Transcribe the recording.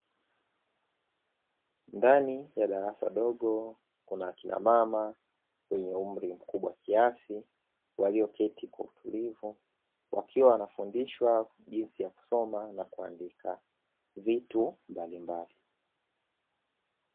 Ndani ya darasa dogo kuna wakina mama wenye umri mkubwa kiasi walioketi kwa utulivu wakiwa wanafundishwa jinsi ya kusoma na kuandika vitu mbalimbali.